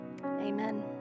Amen